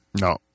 No